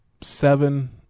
seven